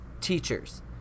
teachers